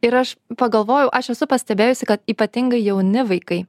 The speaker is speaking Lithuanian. ir aš pagalvojau aš esu pastebėjusi kad ypatingai jauni vaikai